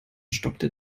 stockte